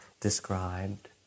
described